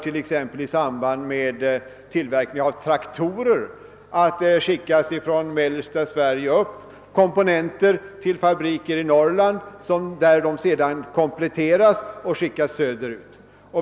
I samband med tillverkning av traktorer skickas ofta komponenter från mellersta Sverige till fabriker i Norrland, där de kompletteras och sedan sänds söderut.